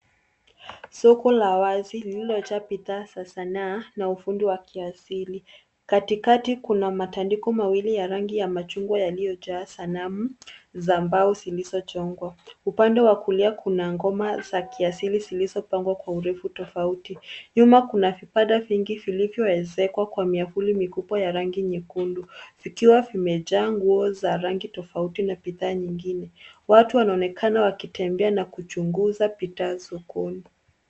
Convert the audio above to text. Soko la wazi liliojaa bidhaa za sanaa na ufundi wa kiasili. Katikati kuna matandiko mawili ya rangi ya machungwa yaliyojaa sanamu za mbao zilizojongwa. Upande wa kulia kuna ngoma za kiasili zilizopangwa kwa urefu tofauti. Nyuma kuna vibanda vingi vilivyoezekwa kwa miavuli mikubwa ya rangi nyekundu, vikiwa vimejaa nguo za rangi tofauti na bidhaa nyingine. Watu wanaonekana wakitembea na kuchunguza bidhaa sokoni.